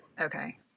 Okay